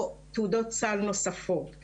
או תעודות סל נוספות.